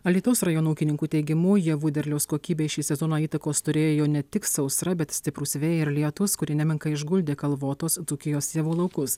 alytaus rajono ūkininkų teigimu javų derliaus kokybei šį sezoną įtakos turėjo ne tik sausra bet stiprūs vėjai ir lietūs kurie nemenkai išguldė kalvotos dzūkijos javų laukus